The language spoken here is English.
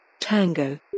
Tango